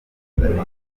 tanzaniya